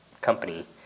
company